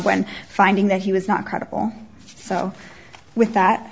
when finding that he was not credible so with that